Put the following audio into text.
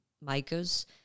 makers